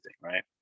Right